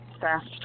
fast